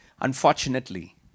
Unfortunately